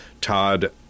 Todd